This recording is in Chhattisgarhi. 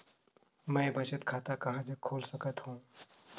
मैं बचत खाता कहां जग खोल सकत हों?